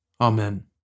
Amen